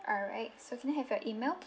alright so can I have your email